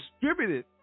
distributed